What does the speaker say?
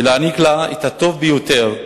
ולהעניק לה את הטוב ביותר,